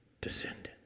descendant